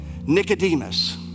Nicodemus